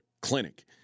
Clinic